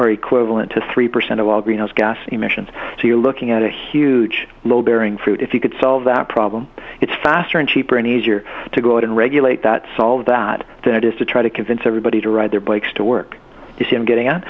are equivalent to three percent of all greenhouse gas emissions so you're looking at a huge load bearing fruit if you could solve that problem it's faster and cheaper and easier to go out and regulate that solve that than it is to try to convince everybody to ride their bikes to work you see him getting on